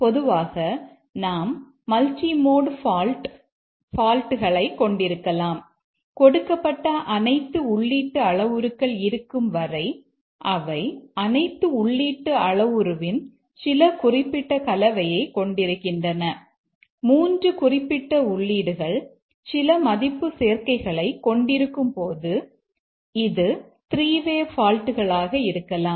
பொதுவாக நாம் multi mode fault மற்றும் பலவாக இருக்கலாம்